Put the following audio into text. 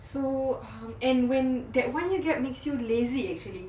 so um and when that one year gap makes you lazy actually